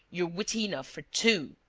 you're witty enough for two!